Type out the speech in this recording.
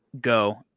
go